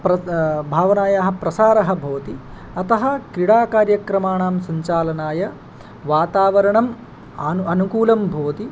प्र भावनायाः प्रसारः भवति अतः क्रीडाकार्यक्रमाणां सञ्चालनाय वातावरणम् आनु अनुकूलं भवति